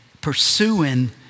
pursuing